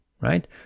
right